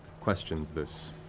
questions this.